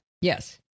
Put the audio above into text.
Yes